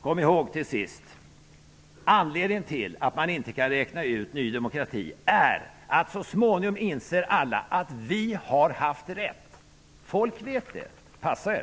Kom ihåg: Anledningen till att man inte kan räkna ut Ny demokrati är att alla så småningom kommer att inse att vi har haft rätt. Folk vet det. Passa er!